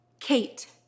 Kate